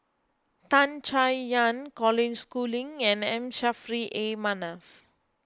Tan Chay Yan Colin Schooling and M Saffri A Manaf